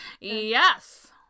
Yes